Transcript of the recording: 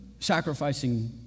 sacrificing